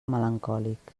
melancòlic